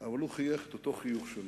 אבל הוא חייך את אותו חיוך שלו.